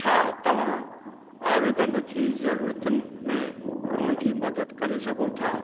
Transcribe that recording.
छा तव्हां आवेदन जी जरूरतुनि में मुहिंजी मदद करे सघो था